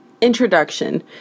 Introduction